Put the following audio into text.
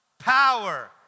Power